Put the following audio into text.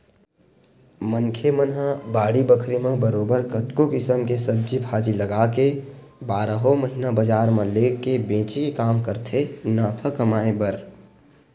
मनखे मन ह बाड़ी बखरी म बरोबर कतको किसम के सब्जी भाजी लगाके बारहो महिना बजार म लेग के बेंचे के काम करथे मुनाफा कमाए बर